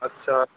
अच्छा